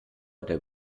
der